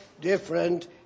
different